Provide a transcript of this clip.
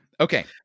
Okay